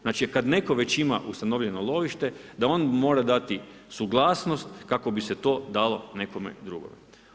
Znači kada netko već ima ustanovljeno lovište, da on mora dati suglasnost, kako bi se to dalo nekome drugome.